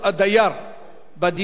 בדיור הציבורי (תיקון,